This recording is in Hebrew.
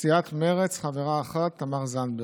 סיעת מרצ, חברה אחת: תמר זנדברג.